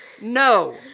no